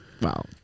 wow